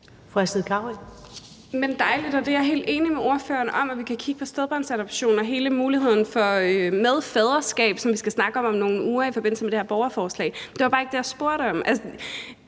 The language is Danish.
jeg er helt enig med ordføreren i, at vi kan kigge på stedbørnsadoption og hele muligheden for medfaderskab, som vi skal snakke om om nogle uger i forbindelse med et borgerforslag. Det var bare ikke det, jeg spurgte om.